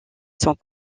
sont